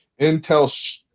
Intel